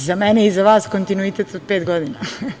Za mene i za vas kontinuitet od pet godina.